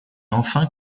enfin